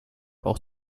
auch